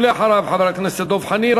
ואחריו, חבר הכנסת דב חנין.